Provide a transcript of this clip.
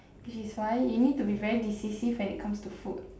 which is why you need to be very decisive when it comes to food